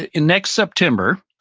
in next september,